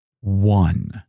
one